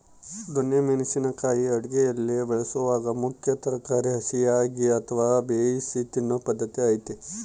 ದೊಣ್ಣೆ ಮೆಣಸಿನ ಕಾಯಿ ಅಡುಗೆಯಲ್ಲಿ ಬಳಸಲಾಗುವ ಮುಖ್ಯ ತರಕಾರಿ ಹಸಿಯಾಗಿ ಅಥವಾ ಬೇಯಿಸಿ ತಿನ್ನೂ ಪದ್ಧತಿ ಐತೆ